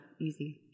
Easy